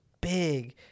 big